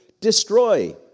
destroy